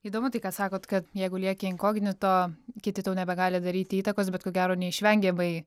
įdomu tai ką sakot kad jeigu lieki inkognito kiti tau nebegali daryti įtakos bet ko gero neišvengiamai